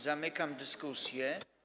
Zamykam dyskusję.